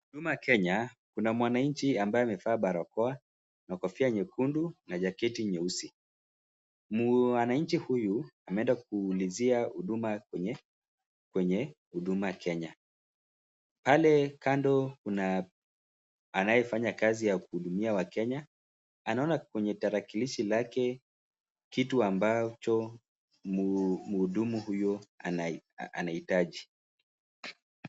Huduma Kenya kuna mwananchi ambaye amefaa barakoa na kofia nyekundu na jaketi nyeusi. Mwananchi huyu ameenda kuulizia huduma kwenye kwenye Huduma Kenya. Pale kando kuna anayefanya kazi ya kuhudumia Wakenya. Anaona kwenye tarakilishi lake kitu ambacho mhudumu huyo anahitaji.